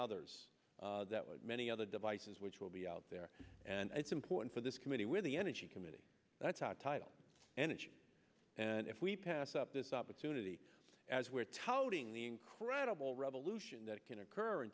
others that would many other devices which will be out there and it's important for this committee with the energy committee that's title energy and if we pass up this opportunity as we're touting the incredible revolution that can occur in